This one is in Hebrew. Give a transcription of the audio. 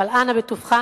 אבל אנא בטובך,